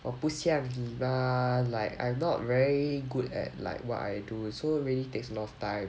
我不像你 mah like I'm not very good at like what I do so really takes a lot of time